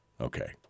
Okay